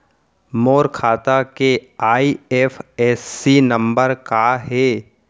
मोर खाता के IFSC number का हे?